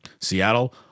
Seattle